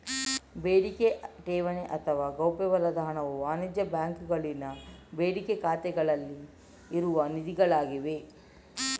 ಬೇಡಿಕೆ ಠೇವಣಿ ಅಥವಾ ಗೌಪ್ಯವಲ್ಲದ ಹಣವು ವಾಣಿಜ್ಯ ಬ್ಯಾಂಕುಗಳಲ್ಲಿನ ಬೇಡಿಕೆ ಖಾತೆಗಳಲ್ಲಿ ಇರುವ ನಿಧಿಗಳಾಗಿವೆ